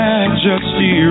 Majesty